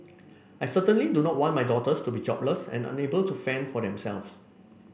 I certainly do not want my daughters to be jobless and unable to fend for themselves